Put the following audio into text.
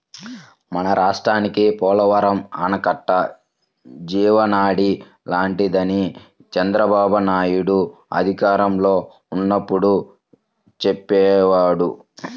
మన రాష్ట్రానికి పోలవరం ఆనకట్ట జీవనాడి లాంటిదని చంద్రబాబునాయుడు అధికారంలో ఉన్నప్పుడు చెప్పేవారు